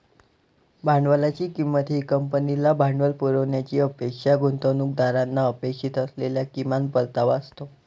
भांडवलाची किंमत ही कंपनीला भांडवल पुरवण्याची अपेक्षा गुंतवणूकदारांना अपेक्षित असलेला किमान परतावा असतो